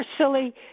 silly